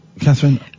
Catherine